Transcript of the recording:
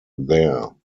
there